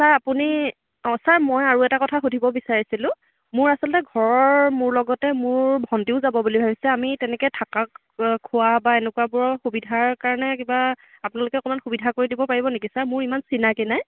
sir আপুনি sir মই আৰু এটা কথা সুধিব বিচাৰিছিলোঁ মোৰ আচলতে মোৰ ঘৰৰ মোৰ লগতে মোৰ ভণ্টিও যাব বুলি ভাবিছে আমি তেনেকৈ থাকা খোৱা বা এনেকুৱাবোৰৰ সুবিধাৰ কাৰণে কিবা আপোনালোকে অকণমান সুবিধা কৰি দিব পাৰিব নেকি ছাৰ মোৰ ইমান চিনাকী নাই